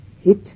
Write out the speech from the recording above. hit